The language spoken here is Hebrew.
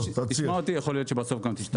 תשמע אותי, יכול להיות שבסוף גם תשתכנע.